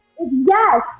Yes